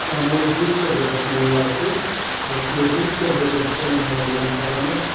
र मैले जिन्सको ज्याकेट मगाएको थिएँ र त्यो जिन्सको ज्याकेट चाहिँ मलाई मन परेन